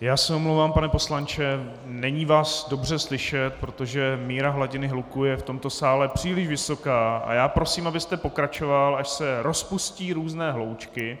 Já se omlouvám, pane poslanče, není vás dobře slyšet, protože míra hladiny hluku je v tomto sále příliš vysoká, a prosím, abyste pokračoval, až se rozpustí různé hloučky těch,